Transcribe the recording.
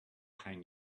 hang